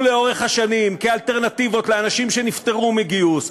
לאורך השנים כאלטרנטיבות לאנשים שנפטרו מגיוס.